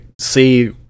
see